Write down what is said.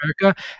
America